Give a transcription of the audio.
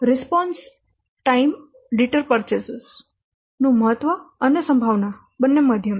response સમય deter purchasers નું મહત્વ અને સંભાવના મધ્યમ છે